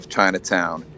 Chinatown